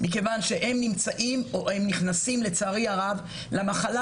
מכיוון שלצערי הרב הם נכנסים למחלה